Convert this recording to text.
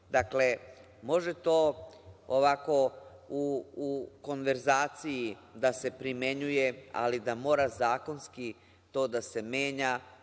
može to ovako u konverzaciji da se primenjuju, ali da mora zakonski to da se menja,